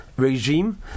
regime